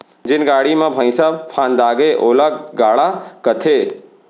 जेन गाड़ी म भइंसा फंदागे ओला गाड़ा कथें